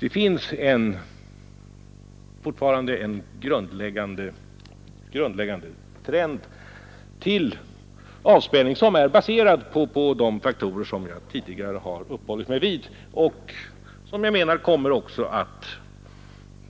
Den trend till avspänning som vi i dag iakttar är baserad på tänkta faktorer.